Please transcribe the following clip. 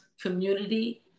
community